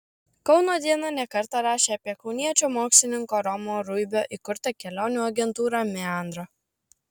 kauno diena ne kartą rašė apie kauniečio mokslininko romo ruibio įkurtą kelionių agentūrą meandra